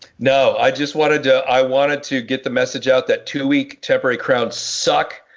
no i just wanted to i wanted to get the message out that two-week temporary crowds suck!